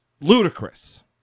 ludicrous